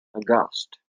aghast